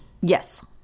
Yes